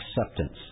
acceptance